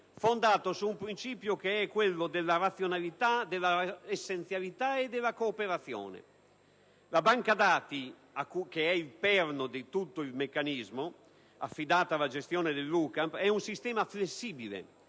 fondato sul principio della razionalità, dell'essenzialità e della cooperazione. La banca dati, che è il perno di tutto il meccanismo, affidata alla gestione dell'UCAMP è un sistema flessibile;